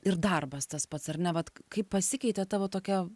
ir darbas tas pats ar ne vat kaip pasikeitė tavo tokia